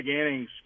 innings